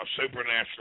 supernatural